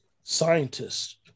scientists